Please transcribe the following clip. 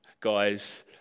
guys